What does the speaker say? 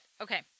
Okay